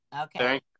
Okay